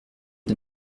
est